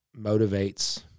motivates